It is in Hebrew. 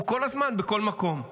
הוא כל הזמן בכל מקום,